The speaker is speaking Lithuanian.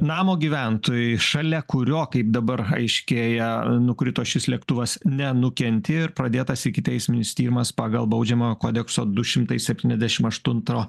namo gyventojai šalia kurio kaip dabar aiškėja nukrito šis lėktuvas nenukentėjo ir pradėtas ikiteisminis tyrimas pagal baudžiamojo kodekso du šimtai septyniadešim aštunto